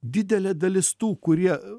didelė dalis tų kurie